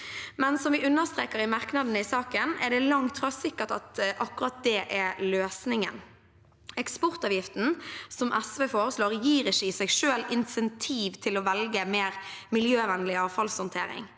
men som vi understreker i merknadene i saken, er det langt fra sikkert at akkurat det er løsningen. Eksportavgiften, som SV foreslår, gir ikke i seg selv insentiv til å velge mer miljøvennlig avfallshåndtering.